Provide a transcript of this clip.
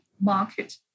market